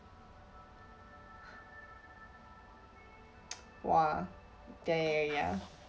!wah! ya ya ya ya